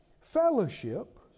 fellowship